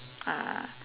uh